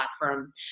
platform